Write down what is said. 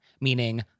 meaning